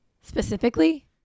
specifically